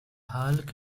hulk